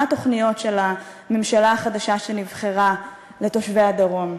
מה התוכניות של הממשלה החדשה שנבחרה לתושבי הדרום?